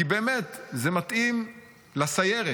כי באמת זה מתאים לסיירת,